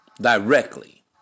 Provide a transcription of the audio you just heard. directly